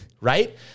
right